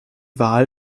wahl